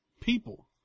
People